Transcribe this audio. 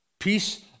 Peace